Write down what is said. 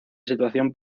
situación